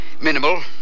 Minimal